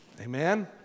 Amen